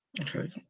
Okay